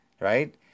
right